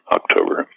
October